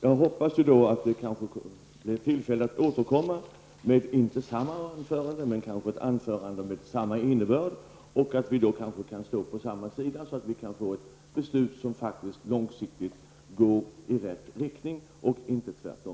Jag hoppas att jag får tillfälle att återkomma till detta -- inte med samma anförande, men kanske med ett anförande med samma innebörd -- och att vi då kanske kan stå på samma sida, så att vi kan få ett beslut som faktiskt långsiktigt går i rätt riktning och inte tvärtom.